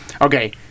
Okay